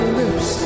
lips